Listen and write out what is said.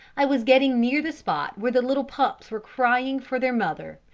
i was getting near the spot where the little pups were crying for their mother,